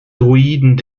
druiden